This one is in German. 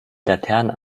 laternen